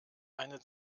eine